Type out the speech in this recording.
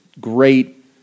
great